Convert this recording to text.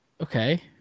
Okay